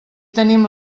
tenim